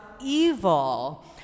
evil